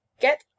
get